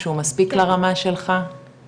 שהוא מספיק לרמה שלך?